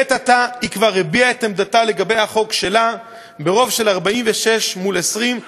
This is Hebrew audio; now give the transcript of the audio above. לעת עתה היא כבר הביעה את עמדתה לגבי החוק שלה ברוב של 46 מול 20,